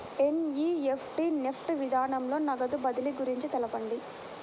NEFT NEFT విధానంలో నగదు బదిలీ గురించి తెలుపండి?